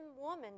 woman